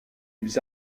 ils